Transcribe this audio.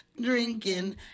drinking